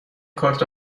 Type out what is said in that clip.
کارت